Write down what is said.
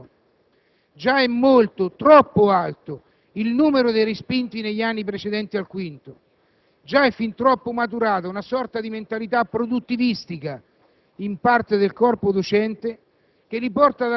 che invece perde troppi iscritti negli anni successivi al primo. Già è molto, troppo alto il numero dei respinti negli anni precedenti al quinto. Già è fin troppo maturata una sorta di mentalità produttivistica